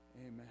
amen